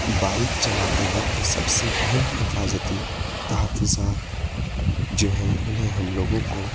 bike چلاتے وقت سب سے اہم حفاظتی تحفظات جو ہے انہیں ہم لوگوں کو